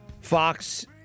Fox